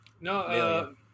No